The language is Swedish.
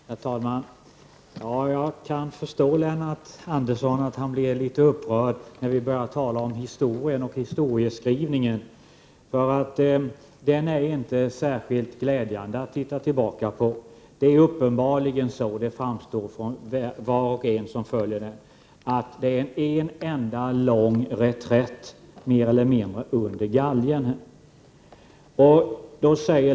Herr talman! Jag kan förstå att Lennart Andersson blir litet upprörd när vi börjar tala om historien — den är inte särskilt glädjande att titta tillbaka på. Det är uppenbarligen så — det framstår för var och en som följer historien — att det mer eller mindre är en enda lång reträtt under galgen.